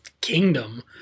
kingdom